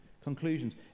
Conclusions